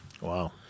Wow